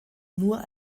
nur